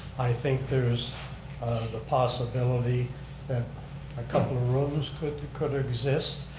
i think there's the possibility that a couple of rooms could could exist.